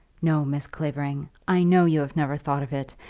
no, miss clavering i know you have never thought of it,